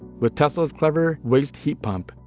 with tesla's clever waste heat pump,